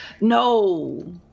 No